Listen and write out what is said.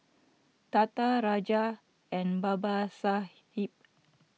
Tata Raja and Babasaheb